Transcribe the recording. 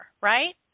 right